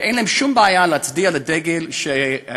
ואין להם שום בעיה להצדיע לדגל שחרות